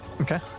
Okay